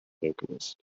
vocalist